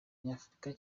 nyafurika